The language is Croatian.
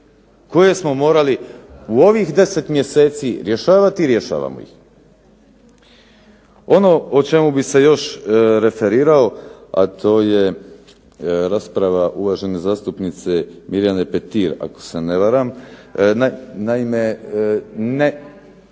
koje smo morali u ovih 10 mjeseci rješavati i rješavamo ih. Ono o čemu bih se još referirao a to je rasprava uvažene zastupnice Mirjane Petir, ako se ne varam. Marijane,